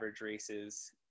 races